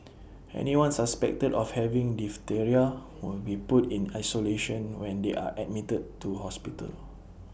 anyone suspected of having diphtheria will be put in isolation when they are admitted to hospital